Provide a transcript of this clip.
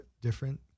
different